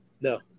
No